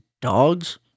dogs